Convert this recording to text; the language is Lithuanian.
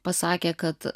pasakė kad